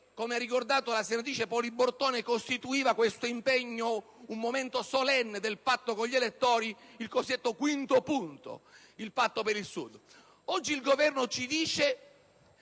Come ha ricordato la senatrice Poli Bortone, questo impegno costituiva un momento solenne del patto con gli elettori, il cosiddetto quinto punto, il Patto per il Sud. Oggi il Governo ci dice